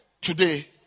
Today